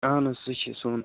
اہن حظ سُہ چھِ سوٗن